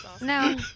No